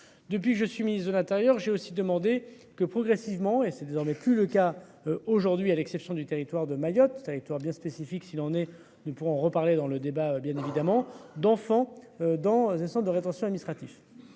depuis que je suis ministre de l'Intérieur. J'ai aussi demandé que progressivement et c'est désormais plus le cas aujourd'hui, à l'exception du territoire de Mayotte, territoire bien spécifiques s'il en est, nous pourrons reparler dans le débat bien évidemment d'enfants dans ce centre de rétention administratif.